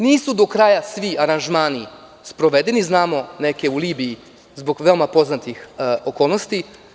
Nisu do kraja svi aranžmani sprovedeni, znamo neke u Libiji, zbog veoma poznatih okolnosti.